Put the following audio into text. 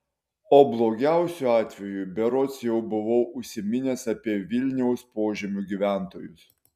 o blogiausiu atveju berods jau buvau užsiminęs apie vilniaus požemių gyventojus